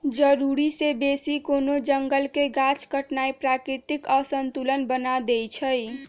जरूरी से बेशी कोनो जंगल के गाछ काटनाइ प्राकृतिक असंतुलन बना देइछइ